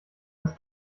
das